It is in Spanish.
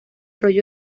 rollo